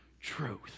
truth